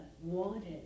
wanted